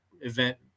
event